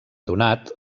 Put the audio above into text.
donat